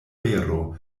vero